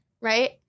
Right